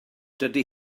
dydy